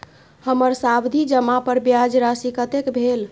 हमर सावधि जमा पर ब्याज राशि कतेक भेल?